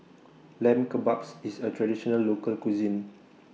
Lamb Kebabs IS A Traditional Local Cuisine